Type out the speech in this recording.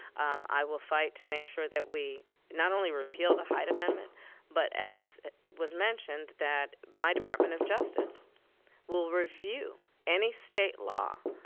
um i will fight to make sure that we not only repeal the hyde amendment but, as was mentioned, that my department of justice will review any state law